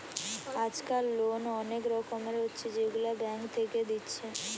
আজকাল লোন অনেক রকমের হচ্ছে যেগুলা ব্যাঙ্ক থেকে দিচ্ছে